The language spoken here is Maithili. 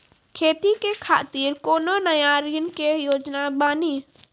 खेती के खातिर कोनो नया ऋण के योजना बानी?